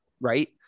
Right